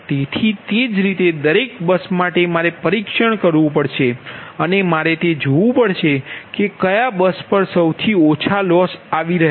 તેથી તે જ રીતે દરેક બસમાં મારે પરીક્ષણ કરવું પડશે અને મારે તે જોવાનું છે કે કઈ ઓછામાં ઓછી લોસ આપી રહી છે